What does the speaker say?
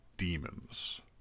Demons